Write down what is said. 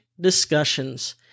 discussions